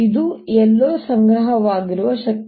ಇದು ಎಲ್ಲೋ ಸಂಗ್ರಹವಾಗಿರುವ ಶಕ್ತಿ